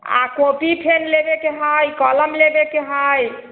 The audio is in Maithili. आ कॉपी फेर लेबेके हइ कलम लेबेके हइ